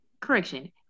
Correction